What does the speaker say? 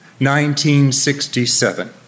1967